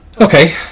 okay